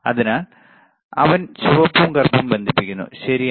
അതിനാൽ അവൻ ചുവപ്പും കറുപ്പും ബന്ധിപ്പിക്കുന്നു ശരിയാണ്